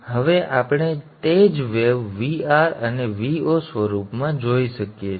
અને હવે આપણે તે જ વેવ Vr અને Vo સ્વરૂપમાં જોઈ શકીએ છીએ